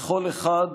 וכל אחד,